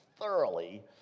thoroughly